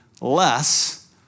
less